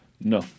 No